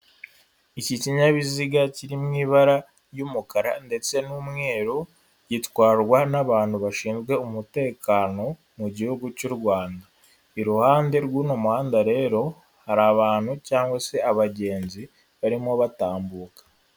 Iki kinyabiziga kiri mu ibara ry'umukara ndetse n'umweru, gitwarwa n'abantu bashinzwe umutekano mu gihugu cy'u Rwanda. Iruhande rw'uno muhanda rero hari abantu cyangwa se abagenzi barimo batambuka.